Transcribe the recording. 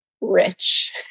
rich